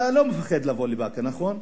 אתה לא מפחד לבוא לבאקה, נכון?